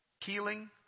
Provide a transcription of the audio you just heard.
Healing